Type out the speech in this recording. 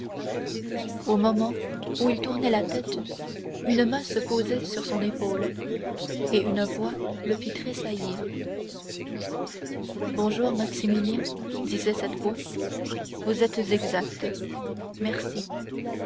au moment où il tournait la tête une main se posait sur son épaule et une voix le fit tressaillir bonjour maximilien disait cette voix vous êtes exact merci